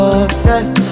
obsessed